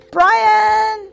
Brian，